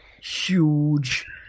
huge